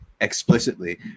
explicitly